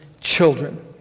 children